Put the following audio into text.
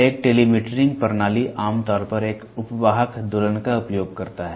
एक टेलीमीटरिंग प्रणाली आम तौर पर एक उप वाहक दोलन का उपयोग करता है